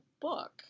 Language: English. book